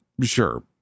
sure